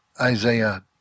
Isaiah